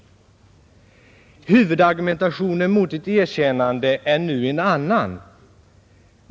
Huvudargumentationen mot ett erkännande är nu en annan.